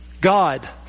God